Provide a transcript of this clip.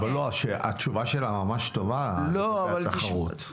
אבל לא, התשובה שלה ממש טובה לגבי התחרות.